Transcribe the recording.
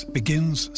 begins